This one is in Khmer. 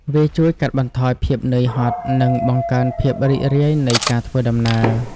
វាជួយកាត់បន្ថយភាពនឿយហត់ និងបង្កើនភាពរីករាយនៃការធ្វើដំណើរ។